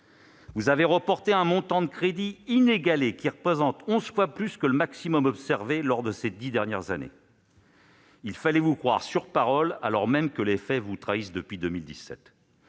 Vous avez reporté un montant de crédits inégalé, qui représente onze fois plus que le maximum observé lors de ces dix dernières années. Il fallait vous croire sur parole, alors même que les faits vous trahissent depuis 2017